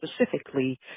specifically